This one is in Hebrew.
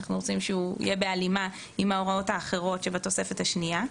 ושהוא יהיה בהלימה עם ההוראות האחרות שבתוספת השנייה.